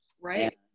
Right